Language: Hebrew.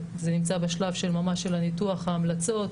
זה נמצא ממש בשלב ניתוח ההמלצות.